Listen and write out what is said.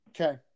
Okay